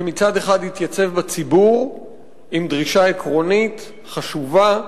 כשמצד אחד התייצב הציבור עם דרישה עקרונית, חשובה,